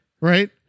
Right